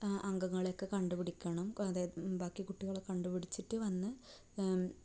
അംഗങ്ങളെയൊക്കെ കണ്ടുപിടിക്കണം അതായത് ബാക്കി കുട്ടികളെ കണ്ടുപിടിച്ചിട്ട് വന്ന്